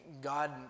God